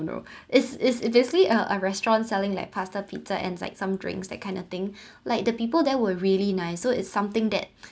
no it's it's basically a a restaurant selling like pasta pizza and like some drinks that kind of thing like the people there were really nice so it's something that